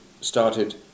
started